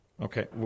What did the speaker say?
Okay